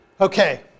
Okay